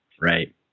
Right